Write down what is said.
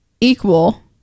equal